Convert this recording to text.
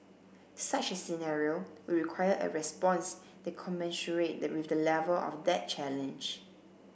such a scenario would require a response that commensurate with the level of that challenge